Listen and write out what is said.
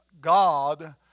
God